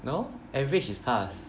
no average is pass